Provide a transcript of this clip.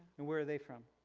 and where are they from?